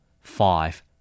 Five